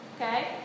Okay